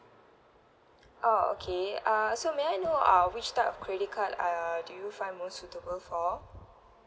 oh okay uh so may I know uh which type of credit card uh do you find more suitable for